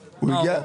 נעולה.